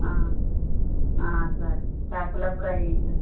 sir చేపల fry